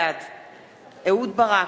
בעד אהוד ברק,